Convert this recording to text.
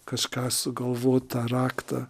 kažką sugalvot tą raktą